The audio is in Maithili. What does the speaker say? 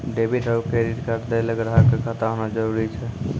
डेबिट आरू क्रेडिट कार्ड दैय ल ग्राहक क खाता होना जरूरी छै